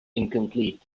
incomplete